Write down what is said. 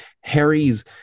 Harry's